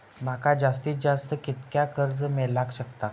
माका जास्तीत जास्त कितक्या कर्ज मेलाक शकता?